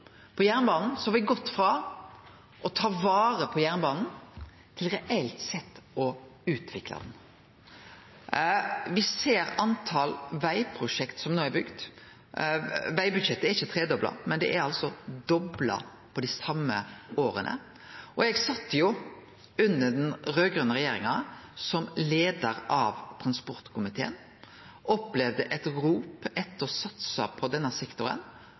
På jernbanen har vi gått frå å ta vare på jernbanen til reelt sett å utvikle han. Me ser talet på vegprosjekt som no er bygde, vegbudsjettet er ikkje tredobla, men det er dobla på dei same åra. Eg satt under den raud-grøne regjeringa som leiar av transportkomiteen, opplevde eit rop om å satse på denne sektoren,